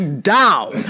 down